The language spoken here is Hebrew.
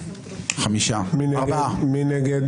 מי נגד?